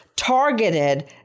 targeted